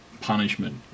punishment